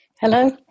Hello